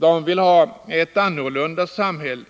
De vill ha ett annorlunda samhälle